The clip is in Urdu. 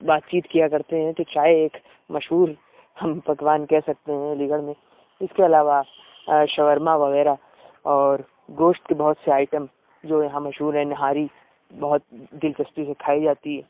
بات چیت کیا کرتے ہیں تو چائے ایک مشہور ہم پکوان کہہ سکتے ہیں علی گڑھ میں اس کے علاوہ شورما وغیرہ اور گوشت کے بہت سے آئٹم جو یہاں مشہور ہیں نہاری بہت دلچسپی سے کھائی جاتی ہے